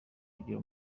kugira